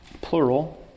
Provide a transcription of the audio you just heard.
plural